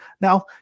Now